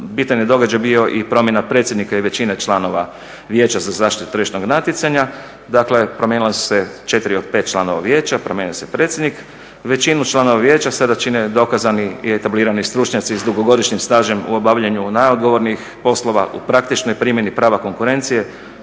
bitan je događaj bio i promjena predsjednika i većina članova Vijeća za zaštitu tržišnog natjecanja, dakle promijenili su se 4 od 5 članova vijeća, promijenio se predsjednik. Većinu članova vijeća sada čine dokazani i etablirani stručnjaci s dugogodišnjim stažom u obavljanju najodgovornijih poslova u praktičnoj primjeni prava konkurencije,